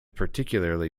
particularly